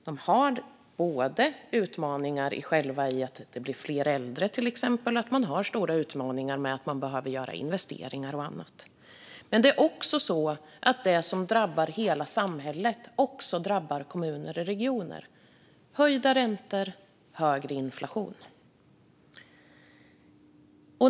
De har utmaningar både i själva det faktum att det blir fler äldre och i att det behöver göras investeringar och annat. Men det är också så att det som drabbar hela samhället även drabbar kommuner och regioner, såsom höjda räntor och högre inflation.